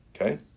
Okay